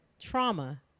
trauma